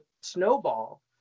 snowball